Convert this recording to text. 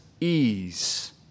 ease